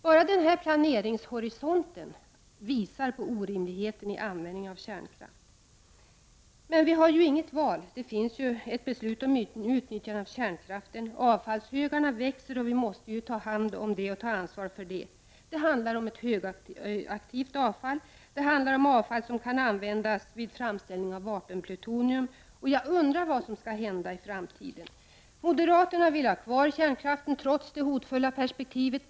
Bara den här planeringshorisonten visar orimligheten i användningen av kärnkraft. Men vi har ju inget val. Det finns ju ett beslut om utnyttjande av kärnkraften. Avfallshögarna växer, och vi måste ta hand om och ta ansvar för dessa. Det handlar om ett högaktivt avfall. Det handlar om avfall som kan användas vid framställning av vapenplutonium. Jag undrar vad som skall hända i framtiden. Moderaterna vill ha kärnkraften kvar, trots det hotfulla perspektivet.